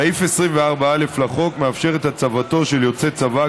סעיף 24א לחוק מאפשר את הצבתו של יוצא צבא,